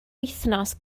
wythnos